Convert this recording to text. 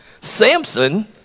Samson